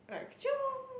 like